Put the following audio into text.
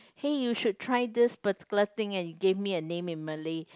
hey you should try this particular thing and he gave me a name in Malay